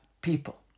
people